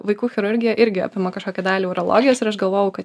vaikų chirurgija irgi apima kažkokią dalį urologijos ir aš galvoju kad